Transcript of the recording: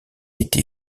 était